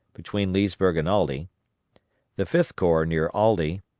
between leesburg and aldie the fifth corps near aldie,